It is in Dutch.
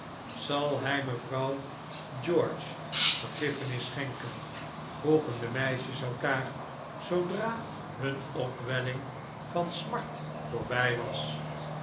zal hij mevrouw george vergiffenis schenken vroegen de meisjes elkaar zoodra hun opwelling van smart voorbij was